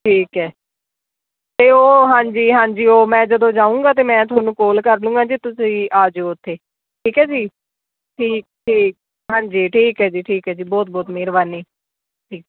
ਠੀਕ ਹੈ ਅਤੇ ਉਹ ਹਾਂਜੀ ਹਾਂਜੀ ਉਹ ਮੈਂ ਜਦੋਂ ਜਾਊਂਗਾ ਤਾਂ ਮੈਂ ਤੁਹਾਨੂੰ ਕਾਲ ਕਰ ਦੂੰਗਾ ਜੇ ਤੁਸੀਂ ਆ ਜਾਇਓ ਉੱਥੇ ਠੀਕ ਹੈ ਜੀ ਠੀਕ ਠੀਕ ਹਾਂਜੀ ਠੀਕ ਹੈ ਜੀ ਠੀਕ ਹੈ ਜੀ ਬਹੁਤ ਬਹੁਤ ਮਿਹਰਬਾਨੀ ਠੀਕ